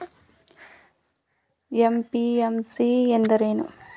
MPMC ಎಂದರೇನು?